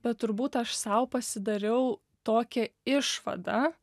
bet turbūt aš sau pasidariau tokią išvadą